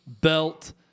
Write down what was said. belt